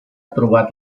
trobat